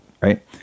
right